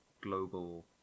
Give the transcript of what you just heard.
global